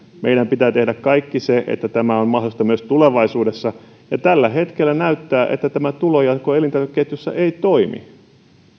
meidän pitää tehdä kaikki se että tämä on mahdollista myös tulevaisuudessa ja tällä hetkellä näyttää että tulonjako elintarvikeketjussa ei toimi